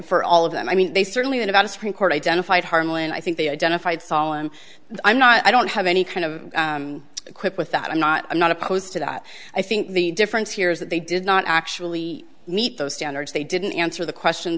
for all of them i mean they certainly in about a supreme court identified harlan i think they identified saul i'm i'm not i don't have any kind of a quip with that i'm not i'm not opposed to that i think the difference here is that they did not actually meet those standards they didn't answer the question